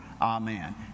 Amen